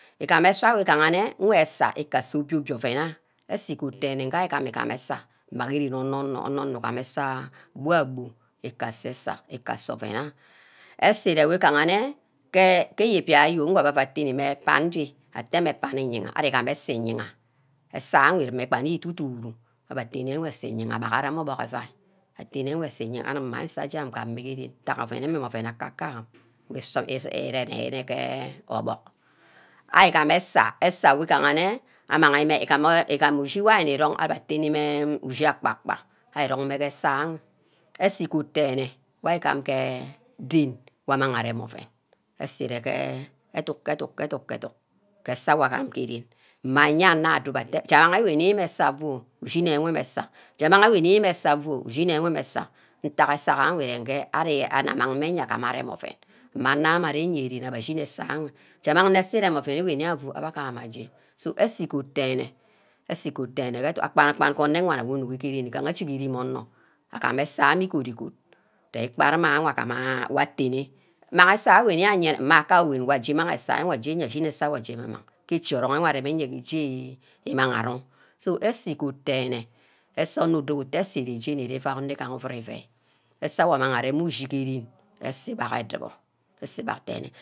Igameh eseh wi gaha nne nweh eseh ase obio-bio oven ah, eseh igod denne ntagha ari igam eseh mma gee ren onor-nor onor nor igameh eseh bua-bu ikase eseh, ika ase oven ah, eseh ere wi gaha-nne ke-ke iyibia yo ngwu abbeh attene mmeh pandi atteh mmeh pani iyagha, igameh eseh iyaga eseh enwe ire gba nne duduhuri abbeh attene nweh ase iyangha abaghara mme ovack iuai atene mme aseyor anim mme gah nje ngameh gba gee rene mmi gaha oven akaka mmi-rene ke obuck, ari gamah eseh eseh wuganne amang mmeh igameh oshi wor ari nne irong mmeh ke eseh enwe eseh igod dene wor arigam geeh den wor abbe anang arem oven, eseh irege egunk ke eduok ke edunk ke edunk ke eseh wor agam ke ren mmeh ayannor wor ador atteh jamag eweni mme eseh fu ishineh wor mmeh eseh ja arang eweni mmeh eseh afu ushineh mmeh wumi mmeh eseh ntagha eseh enwe iregen ari enye amang mmeh aguna arem oven mme anor wor aren nna gee ren abbah ashineh esagha nna, je amang nugur eseh ereme oven enwe ren oven ewnwe afu abbe agaha mmeh aje so aseh igod dene, eseh igod dene akpan enewan wor inugi ke ren igaha ashigiri onor, agam eseh ameh igod igod depana ameh agam wa atene mang eseh aweyni ayene mma aka uwen aji imang eseh ajine aseh wor aje ema mang ke ichi orang wor arem enwe ichi imang arong so eseh igod dene eseh onor udowor atte eseh ire jeni iri vai onor gaha ivud iveh eseh wor amang arem ushi ke ren eseh igabg edubor eseh igbag denne